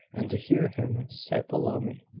and to hear him set below me.